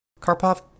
Karpov